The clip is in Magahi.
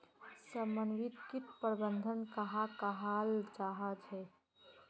समन्वित किट प्रबंधन कहाक कहाल जाहा झे?